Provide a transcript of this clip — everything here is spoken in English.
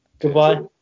Goodbye